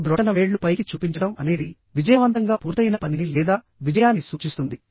మీ బ్రొటనవేళ్లు పైకి చూపించడం అనేది విజయవంతంగా పూర్తయిన పనిని లేదా విజయాన్ని సూచిస్తుంది